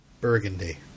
Burgundy